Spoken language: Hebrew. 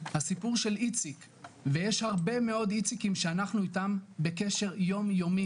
הסיפור של איציק ויש הרבה מאוד איציקים שאנחנו איתם בקשר יומיומי